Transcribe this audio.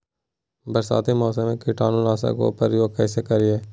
बरसाती मौसम में कीटाणु नाशक ओं का प्रयोग कैसे करिये?